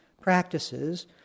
practices